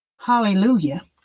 Hallelujah